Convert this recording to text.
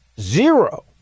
Zero